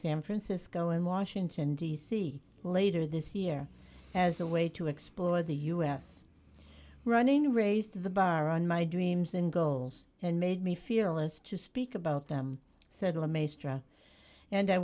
san francisco and washington d c later this year as a way to explore the u s running raised the bar on my dreams and goals and made me feel as to speak about them said i